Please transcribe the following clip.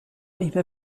über